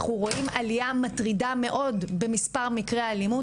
אפשר לראות עליה מטרידה מאוד במספר מקרי האלימות.